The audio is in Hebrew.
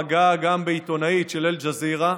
פגע גם בעיתונאית של אל-ג'זירה.